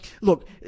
look